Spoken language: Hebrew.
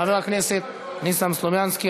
חבר הכנסת ניסן סלומינסקי.